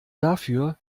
dafür